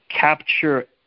capture